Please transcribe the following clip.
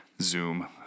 Zoom